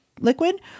liquid